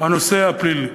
הנושא הפלילי.